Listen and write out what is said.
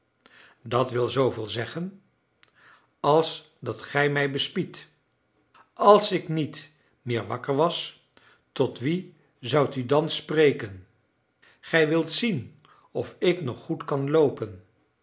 dat wil zooveel zeggen als dat gij mij bespied als ik niet meer wakker was tot wien zoudt u dan spreken gij wilt zien of ik nog goed kan loopen